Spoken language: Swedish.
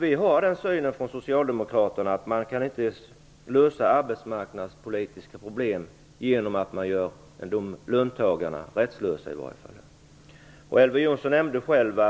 Vi har från socialdemokraterna den synen att man inte kan lösa arbetsmarknadspolitiska problem genom att göra löntagarna rättslösa. Elver Jonsson nämnde själv